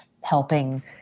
helping